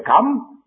come